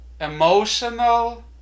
emotional